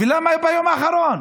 ולמה ביום האחרון?